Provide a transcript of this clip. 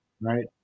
right